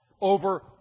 over